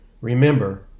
Remember